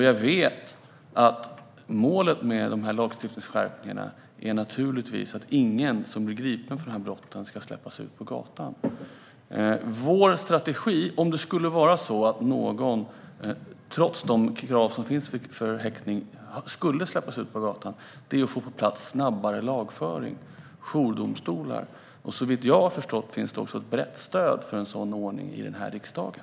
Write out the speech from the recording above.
Jag vet också att målet med dessa lagstiftningsskärpningar naturligtvis är att ingen som blir gripen för dessa brott ska släppas ut på gatan. Om någon, trots de krav som finns för häktning, skulle släppas ut på gatan går vår strategi ut på att få till stånd snabbare lagföring och jourdomstolar. Såvitt jag har förstått finns det också ett brett stöd för en sådan ordning här i riksdagen.